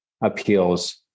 appeals